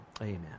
amen